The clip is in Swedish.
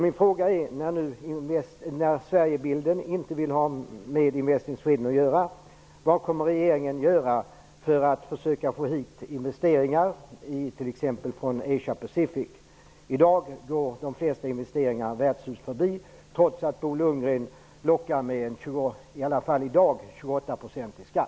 Min fråga är: När Styrelsen för Sverigebilden inte vill ha med Invest in Sweden att göra, vad kommer regeringen då att göra för att försöka få hit investeringar t.ex. från Asia Pacific? I dag går de flesta investeringarna värdshus förbi, trots att Bo Lundgren, i alla fall i dag, lockar med 28 %